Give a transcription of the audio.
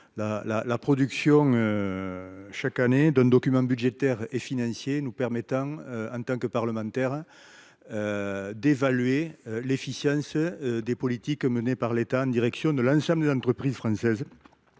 la production chaque année d’un document budgétaire et financier nous permettant, en tant que parlementaires, d’évaluer l’efficience des politiques menées par l’État en direction de l’ensemble des entreprises françaises.